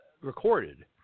recorded